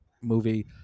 movie